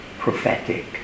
prophetic